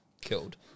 killed